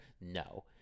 No